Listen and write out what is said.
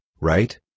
right